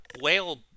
whale